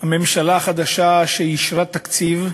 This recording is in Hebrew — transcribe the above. הקמת ממשלה חדשה שאישרה תקציב,